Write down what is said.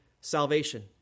salvation